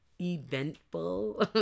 eventful